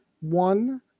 one